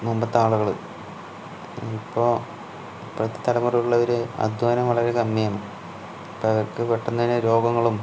മുമ്പത്തെ ആളുകൾ ഇപ്പോൾ ഇപ്പോഴത്തെ തലമുറയിലുള്ളവർ അദ്ധ്വാനം വളരെ കമ്മിയാണ് അപ്പം അവർക്ക് പെട്ടെന്ന് തന്നെ രോഗങ്ങളും